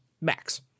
max